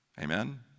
Amen